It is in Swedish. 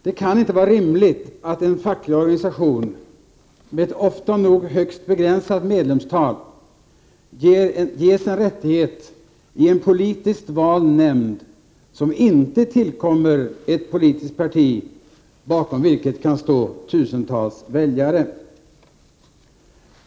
Det kan inte vara rimligt att en facklig organisation, med ett ofta nog högt begränsat medlemsantal, ges en rättighet i en politiskt vald nämnd som inte tillkommer ett politiskt parti bakom vilket det kan stå tusentals väljare.